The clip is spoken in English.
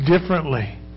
differently